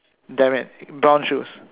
damn it brown shoes